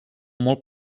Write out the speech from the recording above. molt